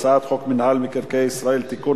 על הצעת חוק מינהל מקרקעי ישראל (תיקון,